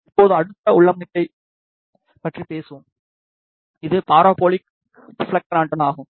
இப்போது அடுத்த உள்ளமைவைப் பற்றி பேசுவோம் இது பாரபோலிக் ரிப்ஃலெக்டர் ஆண்டெனா ஆகும்